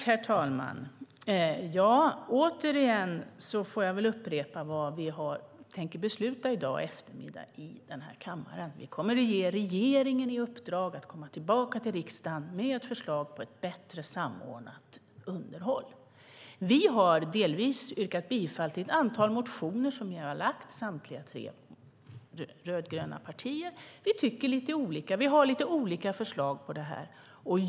Herr talman! Jag får väl upprepa vad vi tänker besluta i eftermiddag i den här kammaren. Vi kommer att ge regeringen i uppdrag att komma tillbaka till riksdagen med ett förslag på ett bättre samordnat underhåll. Vi har delvis yrkat bifall till ett antal motioner som vi har väckt, samtliga tre rödgröna partier. Vi tycker lite olika. Vi har lite olika förslag på det här.